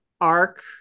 arc